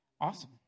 Awesome